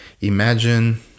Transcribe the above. Imagine